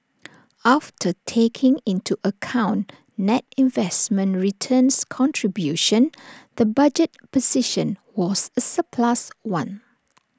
after taking into account net investment returns contribution the budget position was A surplus one